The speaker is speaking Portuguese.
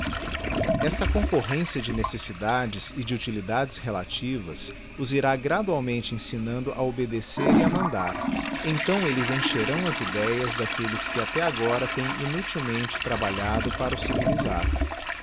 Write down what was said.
esta concurrencia de necessidades e de utíudadéá relativas oé irá gradualmente endnando a obedesr e a mandar então elles encherão as ideias daquelles que até agora têm inutilmente trabalhado para o civilisada